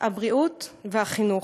הבריאות והחינוך,